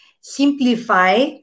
simplify